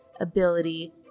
ability